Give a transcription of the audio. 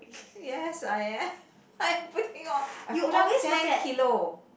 yes I am I'm putting on I put on ten kilo